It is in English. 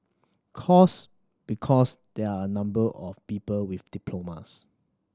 course because there are number of people with diplomas